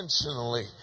intentionally